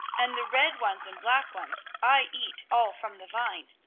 and the red ones and black ones, i eat all from the vine.